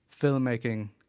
filmmaking